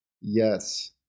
Yes